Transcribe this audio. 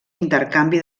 intercanvi